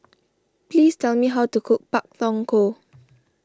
please tell me how to cook Pak Thong Ko